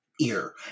ear